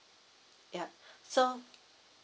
ya so